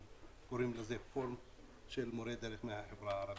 קוראים לזה פורום של מורי דרך מהחברה הערבית.